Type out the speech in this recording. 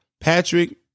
Patrick